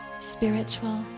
spiritual